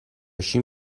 شیم